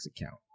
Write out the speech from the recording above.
account